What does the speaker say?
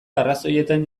arrazoietan